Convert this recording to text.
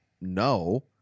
No